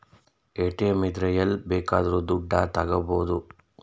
ATM ಇದ್ರೆ ಎಲ್ಲ್ ಬೇಕಿದ್ರು ದುಡ್ಡ ತಕ್ಕಬೋದು